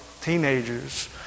teenagers